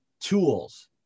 tools